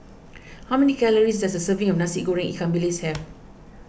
how many calories does a serving of Nasi Goreng Ikan Bilis have